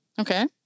Okay